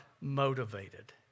motivated